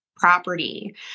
property